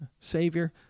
Savior